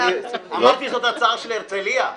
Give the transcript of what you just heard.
אמרתי זאת הצעה של הרצליה?